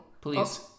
Please